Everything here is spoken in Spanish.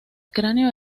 cráneo